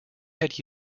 had